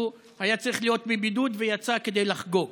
היה צריך להיות בבידוד ויצא כדי לחגוג.